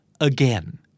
again